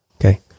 okay